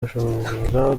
bushobora